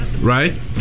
right